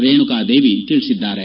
ರೇಣುಕಾದೇವಿ ತಿಳಿಸಿದ್ದಾರೆ